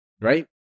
right